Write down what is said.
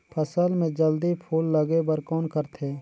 फसल मे जल्दी फूल लगे बर कौन करथे?